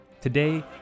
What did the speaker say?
Today